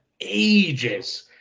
ages